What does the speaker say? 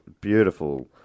beautiful